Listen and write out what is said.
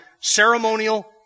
ceremonial